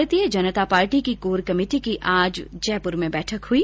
भारतीय जनता पार्टी री core committee री आज जयपुर मांय बैठक हुई